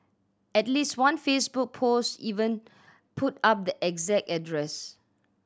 at least one Facebook post even put up the exact address